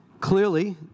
Clearly